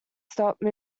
stopped